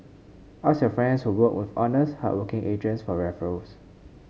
ask your friends who worked with honest hardworking agents for referrals